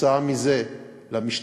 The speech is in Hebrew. וכתוצאה מזה למשתכן,